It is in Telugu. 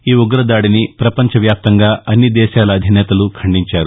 ఈ ఉగ్రదాడిని ప్రపంచవ్యాప్తంగా అన్ని దేశాల అధినేతలు ఖండించారు